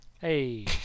Hey